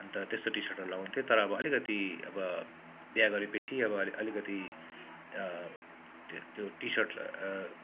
अन्त त्यस्तो टिसर्टहरू लगाउँथेँ तर अब अलिकति अब बिहा गरेपछि अब अलिक अलिकति त्यो टिसर्ट